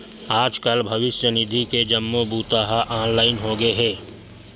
आजकाल भविस्य निधि के जम्मो बूता ह ऑनलाईन होगे हे